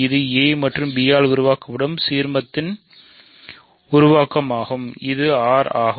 இது a மற்றும் b ஆல் உருவாக்கப்படும் சீர்மத்தின் உருவாக்கம் ஆகும் இது R ஆகும்